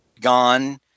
gone